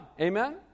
Amen